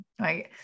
right